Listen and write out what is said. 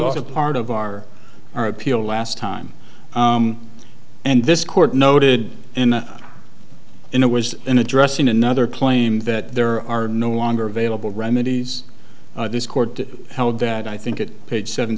a part of our our appeal last time and this court noted in it was an address in another claim that there are no longer available remedies this court held that i think it paid seven